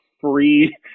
free